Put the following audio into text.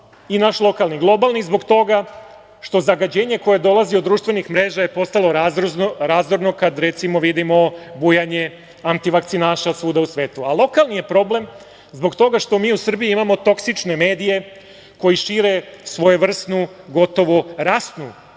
i naš lokalni. Globalni zbog toga što zagađenje koje dolazi od društvenih mreža je postalo razorno kada, recimo, vidimo bujanje antivakcinaša svuda u svetu, a lokalni je problem zbog toga što mi u Srbiji imamo toksične medije koji šire svojevrsnu, gotovo rasnu